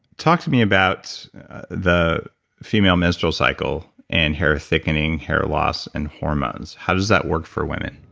talk to me about the female menstrual cycle and hair thickening, hair loss and hormones. how does that work for women?